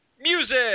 music